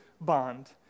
bond